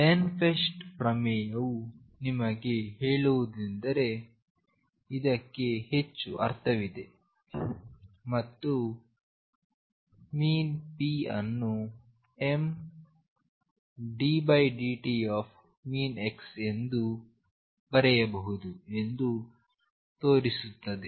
Ehrenfest ಪ್ರಮೇಯವು ನಿಮಗೆ ಹೇಳುವುದೇನೆಂದರೆ ಇದಕ್ಕೆ ಹೆಚ್ಚು ಅರ್ಥವಿದೆ ಮತ್ತು ⟨p⟩ ಅನ್ನು mddt⟨x⟩ಎಂದು ಬರೆಯಬಹುದು ಎಂದು ತೋರಿಸುತ್ತದೆ